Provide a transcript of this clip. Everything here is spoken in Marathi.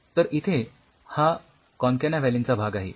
तर इथे हा कॉनकॅनाव्हॅलीनचा भाग आहे